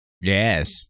Yes